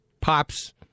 Pops